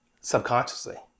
subconsciously